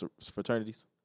fraternities